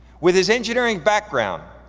with his engineering background,